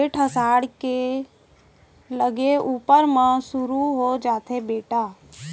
वोइ जेठ असाढ़ के लगे ऊपर म सुरू हो जाथे बेटा